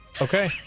Okay